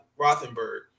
Rothenberg